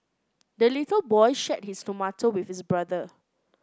the little boy shared his tomato with his brother